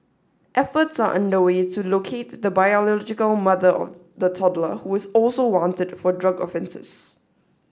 efforts are underway to locate the biological mother of the toddler who is also wanted for drug offences